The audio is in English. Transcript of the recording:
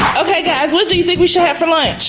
okay guys what do you think we should have for lunch?